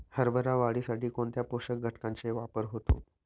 हरभरा वाढीसाठी कोणत्या पोषक घटकांचे वापर होतो?